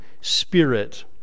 spirit